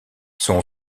son